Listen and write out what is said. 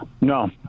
No